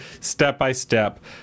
step-by-step